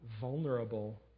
vulnerable